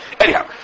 Anyhow